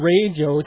Radio